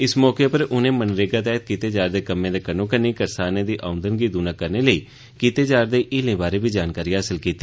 इस मौके उप्पर उनें मनरेगा तैहत कीते जा'रदे कम्में दे कन्नौ कन्नी करसानें दी औंदन गी दूना करने लेई कीते जा'रदे हीलें बारै बी जानकारी हासल कीती